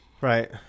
Right